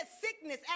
sickness